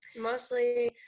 mostly